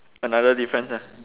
another difference ah